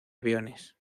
aviones